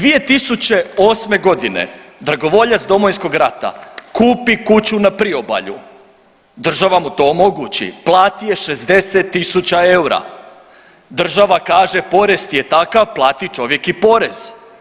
2008. godine dragovoljac Domovinskog rata kupi kuću na priobalju, država mu to omogući, plati je 60000 eura, država kaže porez ti je takav, plati čovjek i porez.